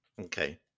Okay